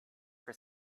for